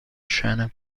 scene